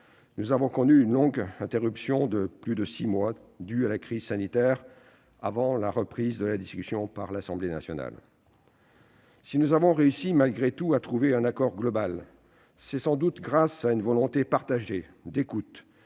nous avons connu une interruption de plus de six mois due à la crise sanitaire, avant la reprise de la discussion par l'Assemblée nationale. Si nous avons malgré tout réussi à trouver un accord global, c'est sans doute grâce à une volonté partagée d'écoute